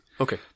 Okay